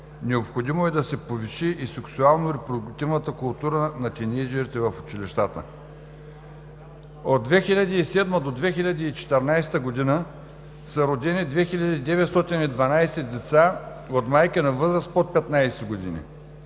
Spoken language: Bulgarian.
Необходимо е да се повиши и сексуално-репродуктивната култура на тийнейджърите в училищата. От 2007 г. до 2014 г. са родени 2912 деца от майки на възраст под 15 години,